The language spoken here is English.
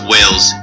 Wales